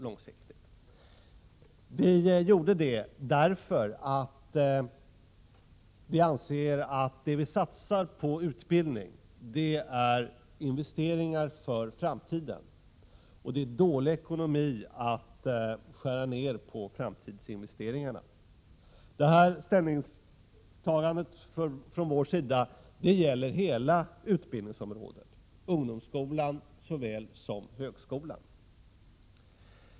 Detta gjorde vi därför att vi anser att det man satsar på utbildning är investeringar för framtiden, och det är dålig ekonomi att skära ned på framtidsinvesteringarna. Detta vårt ställningstagande gäller hela utbildningsområdet — ungdomsskolan såväl som högskolan.